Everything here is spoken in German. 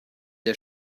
der